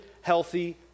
healthy